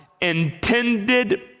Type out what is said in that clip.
intended